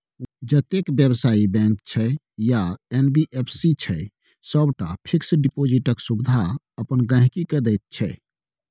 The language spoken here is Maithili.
जतेक बेबसायी बैंक छै या एन.बी.एफ.सी छै सबटा फिक्स डिपोजिटक सुविधा अपन गांहिकी केँ दैत छै